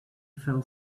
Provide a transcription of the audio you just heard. fell